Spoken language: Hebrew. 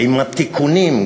עם התיקונים,